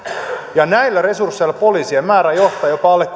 näillä resursseilla poliisien määrä johtaa jopa alle